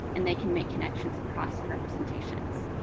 and they can make connections across representations.